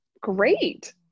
great